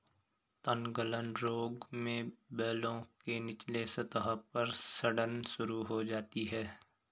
तनगलन रोग में बेलों के निचले सतह पर सड़न शुरू हो जाती है